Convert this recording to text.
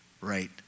right